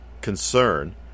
concern